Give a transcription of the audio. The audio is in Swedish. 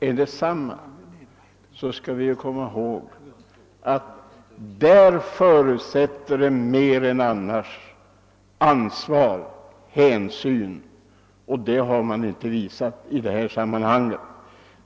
En sådan ordning förutsätter att man visar ett större ansvar än som eljest skulle krävas, och det har man inte gjort i detta sammanhang.